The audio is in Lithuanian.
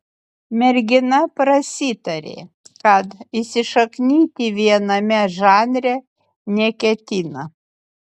mergina prasitarė kad įsišaknyti viename žanre neketina